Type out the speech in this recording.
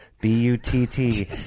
B-U-T-T